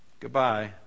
Goodbye